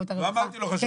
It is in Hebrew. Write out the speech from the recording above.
לא אמרתי לא חשובה,